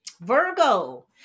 Virgo